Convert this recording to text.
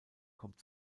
kommt